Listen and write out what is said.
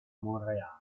montréal